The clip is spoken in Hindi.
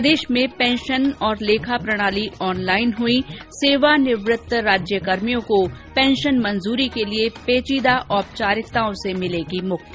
प्रदेश में पेंशन और लेखा प्रणाली ऑनलाइन हुई सेवानिवृत्त राज्य कर्मियों को पेंशन मंजूरी के लिए पेचीदा औपचारिकताओं से मिलेगी मुक्ति